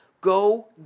Go